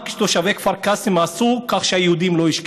מה תושבי כפר קאסם עשו כך שהיהודים לא ישכחו?